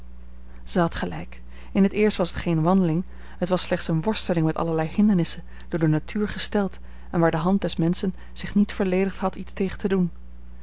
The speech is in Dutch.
had gelijk in t eerst was het geene wandeling het was slechts eene worsteling met allerlei hindernissen door de natuur gesteld en waar de hand des menschen zich niet verledigd had iets tegen te doen